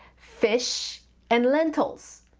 fish and lentils.